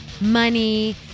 money